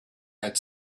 had